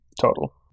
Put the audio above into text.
total